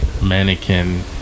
Mannequin